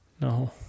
No